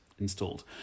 installed